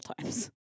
times